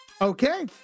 Okay